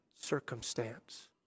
circumstance